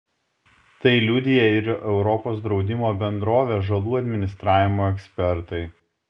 tai liudija ir europos draudimo bendrovės žalų administravimo ekspertai